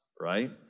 Right